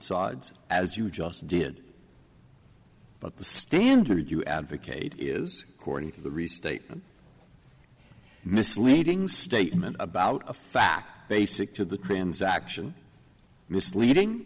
sides as you just did but the standard you advocate is according to the restatement misleading statement about a fact basic to the transaction misleading